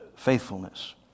faithfulness